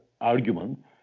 argument